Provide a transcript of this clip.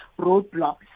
roadblocks